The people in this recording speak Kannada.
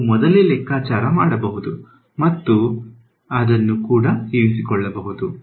ನೀವು ಮೊದಲೇ ಲೆಕ್ಕಾಚಾರ ಮಾಡಬಹುದು ಮತ್ತು ಅದನ್ನು ಕೂಡ ಇರಿಸಿಕೊಳ್ಳಬಹುದು